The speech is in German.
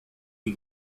die